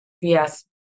yes